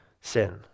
sin